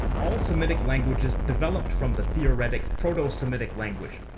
all semitic languages developed from the theoretic proto-semitic language.